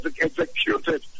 executed